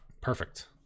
perfect